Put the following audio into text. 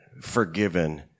forgiven